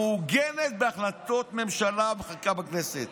המעוגנת בהחלטות הממשלה ובחקיקת הכנסת.